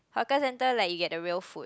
hawker center like you get the real food